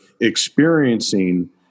experiencing